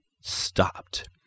stopped